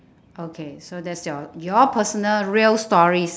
okay so that's your your personal real stories